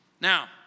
Now